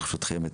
ברשותכם,